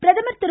பிரதமர் திரு